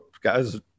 guys